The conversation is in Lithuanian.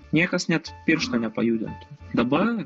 niekas net piršto nepajudintų dabar